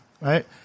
right